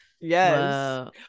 Yes